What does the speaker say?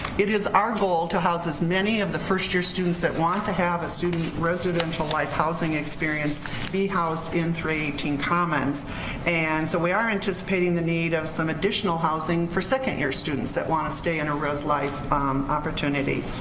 it is our goal to house as many of the first year students that want to have a student residential life housing experience be housed in three hundred and eighteen commons. and so we are anticipating the need of some additional housing for second year students that wanna stay in a res life opportunity.